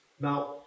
Now